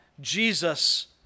Jesus